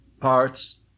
parts